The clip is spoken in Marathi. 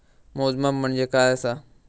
मोजमाप म्हणजे काय असा?